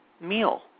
meal